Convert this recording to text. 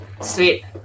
Sweet